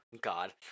God